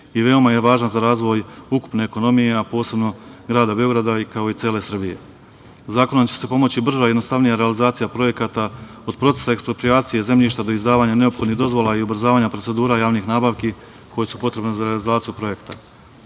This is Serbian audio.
i veoma je važan za razvoj ukupne ekonomije, a posebno grada Beograda, kao i cele Srbije. Zakonom će se pomoći brža i jednostavnija realizacija projekata od procesa eksproprijacije zemljišta, do izdavanja neophodnih dozvola i ubrzavanja procedura javnih nabavki koje su potrebne za realizaciju projekta. Početak